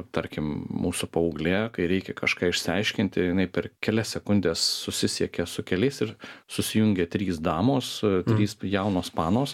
tarkim mūsų paauglė kai reikia kažką išsiaiškinti jinai per kelias sekundes susisiekia su keliais ir susijungia trys damos trys jaunos panos